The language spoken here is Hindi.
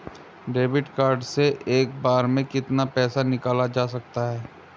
डेबिट कार्ड से एक बार में कितना पैसा निकाला जा सकता है?